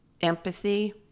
empathy